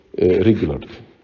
regularly